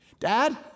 Dad